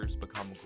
become